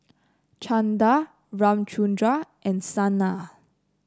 Chandi Ramchundra and Sanal